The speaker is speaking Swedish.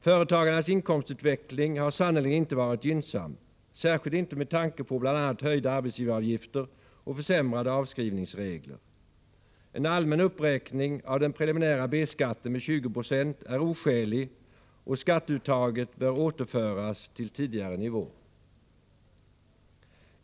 Företagarnas inkomstutveckling har sannerligen inte varit gynnsam, särskilt inte med tanke på bl.a. höjda arbetsgivaravgifter och försämrade avskrivningsregler. En allmän uppräkning av den preliminära B-skatten med 20 90 är oskälig, och skatteuttaget bör återföras till tidigare nivå.